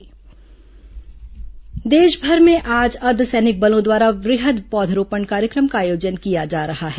सुरक्षा बल पौधरोपण देशभर में आज अर्द्वसैनिक बलों द्वारा वृहद पौधरोपण कार्यक्रम का आयोजन किया जा रहा है